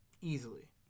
easily